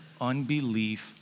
unbelief